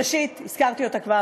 ראשית הזכרתי אותה כבר,